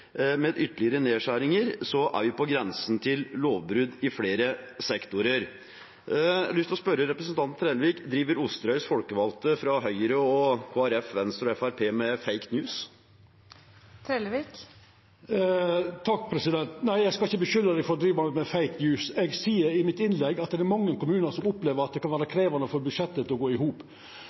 Med ytterlegare nedskjeringar vil vi vera på grensa av lovbrot i fleire sektorar.» Jeg har lyst til å spørre representanten Trellevik: Driver Osterøys folkevalgte fra Høyre, Kristelig Folkeparti, Venstre og Fremskrittspartiet med «fake news»? Nei, eg skal ikkje skulda dei for å driva med «fake news». Eg seier i innlegget mitt at det er mange kommunar som opplever at det kan vera krevjande å få budsjettet til å gå i hop.